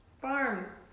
Farms